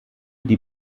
die